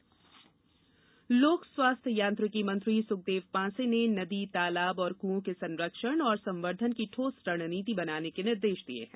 जल कार्यशाला लोक स्वास्थ्य यांत्रिकी मंत्री सुखदेव पांसे न नदी तालाब और कुओं के संरक्षण और संवर्धन की ठोस रणनीति बनाने के निर्देश दिये हैं